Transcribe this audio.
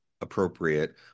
appropriate